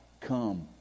come